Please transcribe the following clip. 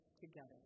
together